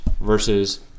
versus